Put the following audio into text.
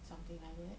something like that